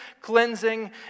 cleansing